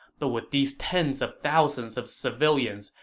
but with these tens of thousands of civilians,